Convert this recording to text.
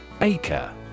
Acre